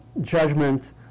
judgment